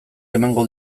emango